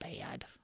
bad